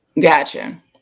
Gotcha